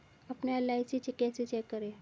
अपना एल.आई.सी कैसे चेक करें?